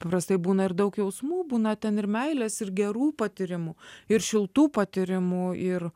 paprastai būna ir daug jausmų būna ten ir meilės ir gerų patyrimų ir šiltų patyrimų ir